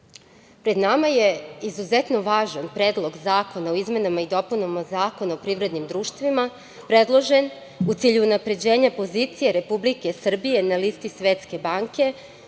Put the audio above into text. pred nama je izuzetno važan Predlog zakona o izmenama i dopunama Zakona o privrednim društvima, predložen u cilju unapređenja pozicije Republike Srbije na listi Svetske banke